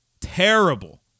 terrible